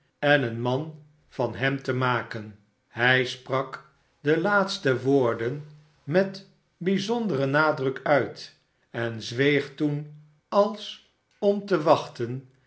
en een man van hem te maken hij sprak de laatste woorden met bijzonderen nadruk uit en zweeg toen als om te wachten